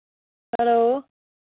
hello